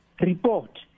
report